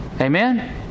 Amen